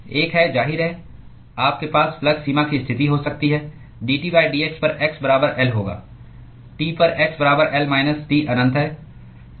एक है जाहिर है आपके पास फ्लक्स सीमा की स्थिति हो सकती है dT dx पर x बराबर L होगा T पर x बराबर L माइनस T अनंत है